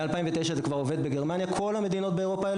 אתם